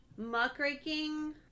muckraking